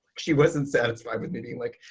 she wasn't satisfied with me being like,